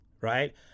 right